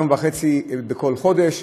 יום וחצי בכל חודש.